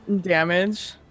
damage